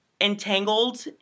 entangled